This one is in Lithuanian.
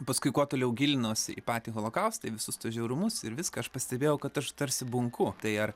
paskui kuo toliau gilinausi į patį holokaustą visus tuos žiaurumus ir viską aš pastebėjau kad aš tarsi bunku tai ar